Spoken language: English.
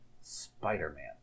spider-man